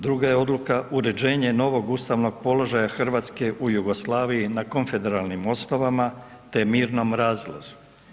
Druga je odluka uređenje novog ustavnog položaja RH u Jugoslaviji na konfederalnim osnovama, te mirnom razlazu.